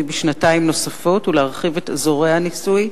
בשנתיים נוספות ולהרחיב את אזורי הניסוי,